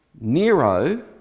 Nero